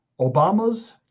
Obama's